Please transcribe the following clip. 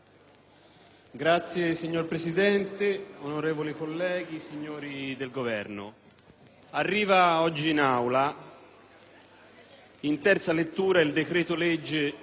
*(PD)*. Signor Presidente, onorevoli colleghi, signori del Governo, arriva oggi in Aula in terza lettura il decreto-legge